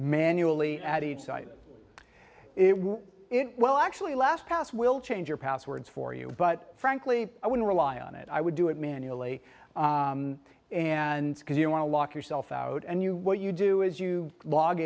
manually at each site it would it well actually last past will change your passwords for you but frankly i wouldn't rely on it i would do it manually and because you want to lock yourself out and you what you do is you log